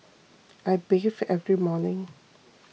I bathe every morning